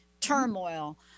turmoil